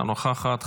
אינה נוכחת.